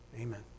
Amen